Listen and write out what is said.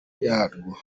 yarwo